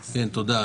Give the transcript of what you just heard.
תודה.